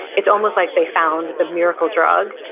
it's almost like they found the miracle drug,